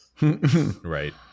Right